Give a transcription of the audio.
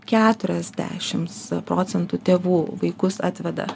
keturiasdešimt procentų tėvų vaikus atveda